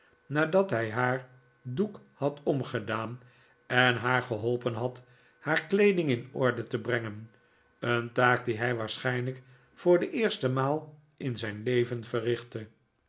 nadat hij haar doek had omgedaan en haar geholpen had haar kleeding in orde te brengen een taak die hij waarschijnlijk voor de eerste maal in zijn leven verrichtte